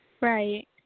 Right